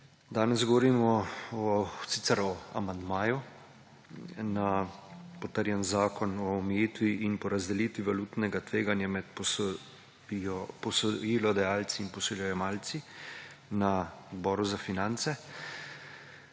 Danes govorimo sicer o amandmaju na potrjen Zakon o omejitvi in porazdelitvi valutnega tveganja med posojilodajalci in posojilojemalci na Odboru za finance.